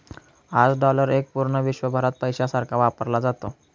आज डॉलर एक पूर्ण विश्वभरात पैशासारखा वापरला जातो